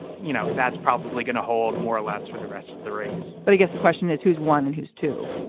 you know, that's probably going to hold more or less for the rest of the race but i guess the question is who's won and who's to?